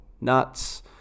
nuts